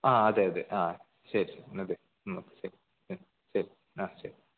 അ അതെ അതെ ആ ശരി അതെ ശരി ശരി ആ ശരി